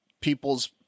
people's